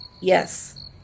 Yes